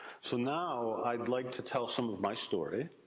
so now, i'd like to tell some of my story.